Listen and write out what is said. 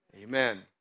Amen